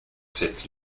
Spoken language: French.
cette